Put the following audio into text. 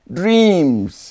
dreams